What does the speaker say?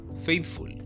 faithful